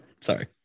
Sorry